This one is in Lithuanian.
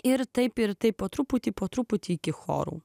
ir taip ir taip po truputį po truputį iki chorų